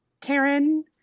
Karen